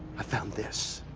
i found this.